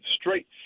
straight